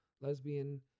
lesbian